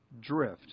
drift